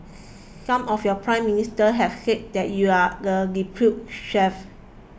some of your Prime Ministers have said that you are the deputy sheriff